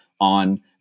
on